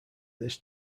this